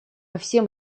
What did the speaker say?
всем